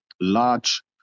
large